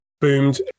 boomed